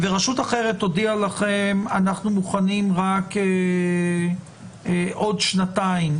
ורשות אחרת תודיע לכם "אנחנו מוכנים רק עוד שנתיים"